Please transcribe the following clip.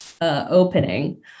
opening